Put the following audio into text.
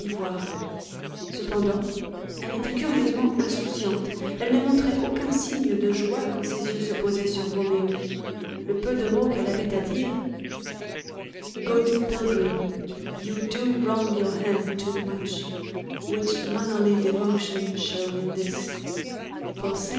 cependant elle était curieusement insouciante elle ne montrait aucun signe de joie quand ses yeux se posaient sur roméo le peu de mots qu'elle axait à dire